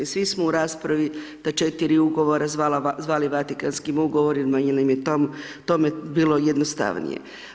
Svi smo u raspravi ta 4 ugovora zvali Vatikanskim ugovorima jer nam je to bilo jednostavnije.